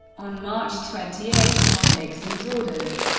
on march twenty eight, on nixon's orders,